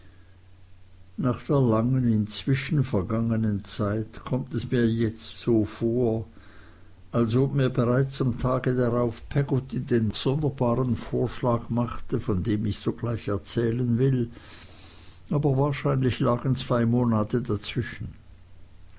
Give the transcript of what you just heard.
nach der langen inzwischen vergangenen zeit kommt es mir jetzt so vor als ob mir bereits am tage darauf peggotty den sonderbaren vorschlag machte von dem ich sogleich erzählen will aber wahrscheinlich lagen zwei monate dazwischen